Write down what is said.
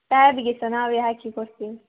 ಟ್ಯಾಬಿಗೆ ಸಹ ನಾವೇ ಹಾಕಿ ಕೊಡ್ತೀವಿ